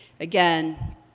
Again